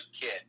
kid